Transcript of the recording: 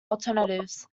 alternatives